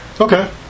okay